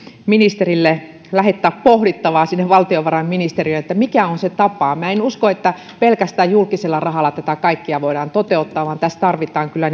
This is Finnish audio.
ministerille lähettää pohdittavaa sinne valtiovarainministeriöön mikä on se tapa minä en usko että pelkästään julkisella rahalla tätä kaikkea voidaan toteuttaa vaan tässä tarvitaan kyllä